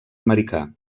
americà